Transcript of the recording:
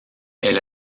elle